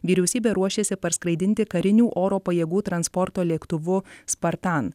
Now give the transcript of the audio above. vyriausybė ruošiasi parskraidinti karinių oro pajėgų transporto lėktuvu spartan